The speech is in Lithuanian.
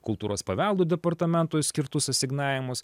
kultūros paveldo departamentui skirtus asignavimus